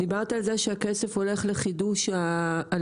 דיברת על זה שהכסף הולך לחידוש הלול,